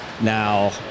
Now